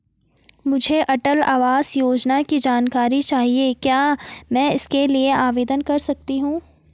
मुझे अटल आवास योजना की जानकारी चाहिए क्या मैं इसके लिए आवेदन कर सकती हूँ?